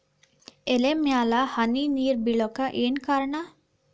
ಎಲೆ ಮ್ಯಾಲ್ ಹನಿ ನೇರ್ ಬಿಳಾಕ್ ಏನು ಕಾರಣ?